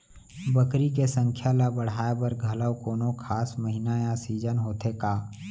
बकरी के संख्या ला बढ़ाए बर घलव कोनो खास महीना या सीजन होथे का?